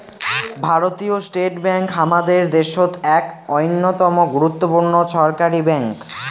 ভারতীয় state bank হামাদের দ্যাশোত এক অইন্যতম গুরুত্বপূর্ণ ছরকারি ব্যাঙ্ক